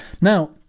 Now